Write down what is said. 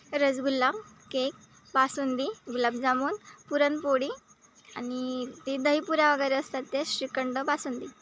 rasgulla cake basundi gulab jamun puran poli आणि ते दहीपुऱ्या वगैरे असतात ते श्रीखंड बासुंदी